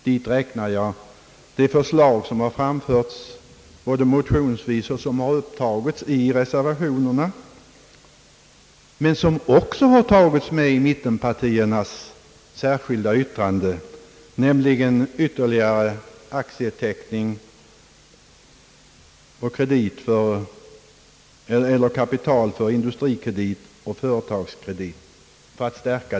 Dit räknar jag de förslag som framförts, både motionsvis och i reservationerna, liksom i mittenpartiernas särskilda yttrande, om aktieteckning för att ytterligare förstärka resurserna hos Industrikredit och Företagskredit.